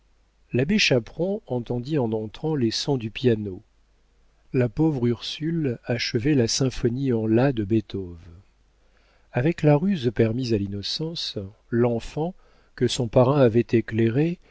l'abbé chaperon entendit en entrant les sons du piano la pauvre ursule achevait la symphonie en la de beethoven avec la ruse permise à l'innocence l'enfant que son parrain avait éclairée